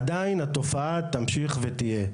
עדיין התופעה תמשיך ותהיה.